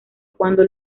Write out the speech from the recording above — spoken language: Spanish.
cuándo